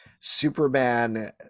Superman